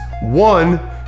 one